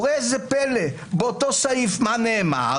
וראה זה פלא, באותו סעיף מה נאמר?